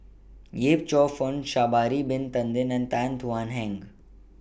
Yip Cheong Fun Sha'Ari Bin Tadin and Tan Thuan Heng